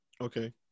Okay